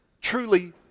truly